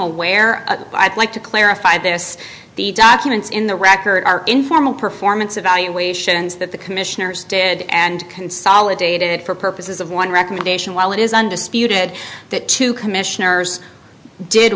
aware like to clarify this the documents in the record are informal performance evaluations that the commissioners did and consolidated for purposes of one recommendation while it is undisputed that two commissioners did